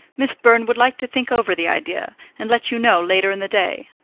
miss byrne would like to think over the idea, and let you know later in the day.